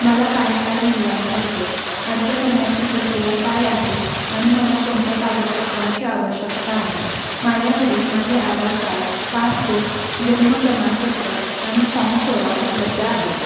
मला PAN card मिळवायचे आहे अर्ज करण्याची प्रक्रिया काय आहे आणि मला कोणत्या कागदपत्रांची आवश्यकता आहे माझ्याकडे माझे आधार कार्ड पासपोर्ट जन्म प्रमाणपत्र आणि फॉम सोळा उपलब्ध आहेत